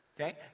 Okay